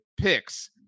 picks